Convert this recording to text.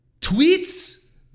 tweets